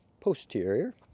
Posterior